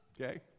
Okay